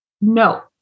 No